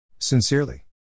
Sincerely